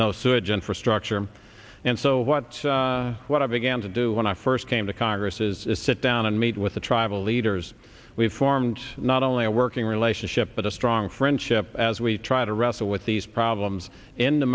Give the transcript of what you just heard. no sewage infrastructure and so what what i began to do when i first came to congress is sit down and meet with the tribal leaders we've formed not only a working relationship but a strong friendship as we try to wrestle with these problems into